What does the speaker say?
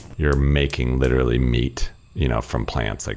you're making literally meat you know from plants. like